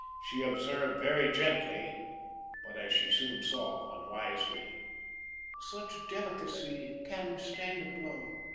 she observed very gently but, as she soon saw, unwisely such delicacy can withstand a blow,